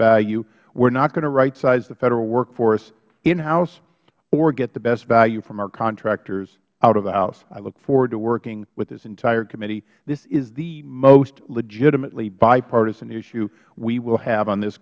value we are not going to rightsize the federal workforce inhouse or get the best value from our contractors out of the house i look forward to working with this entire committee this is the most legitimately bipartisan issue we will have on this